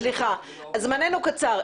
זמננו קצר.